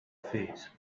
affairs